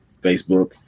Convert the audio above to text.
Facebook